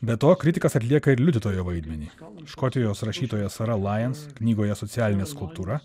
be to kritikas atlieka ir liudytojo vaidmenį škotijos rašytoja sara lains knygoje socialinė skulptūra